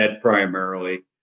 primarily